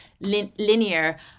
linear